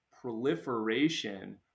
proliferation